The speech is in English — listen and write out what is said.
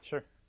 Sure